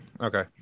Okay